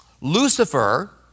Lucifer